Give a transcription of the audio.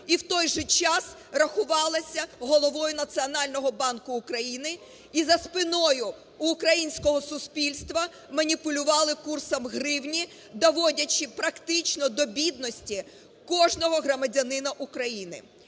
і в той же час рахувалася Головою Національного банку України, і за спиною в українського суспільства маніпулювали курсом гривні, доводячи практично до бідності кожного громадянина України?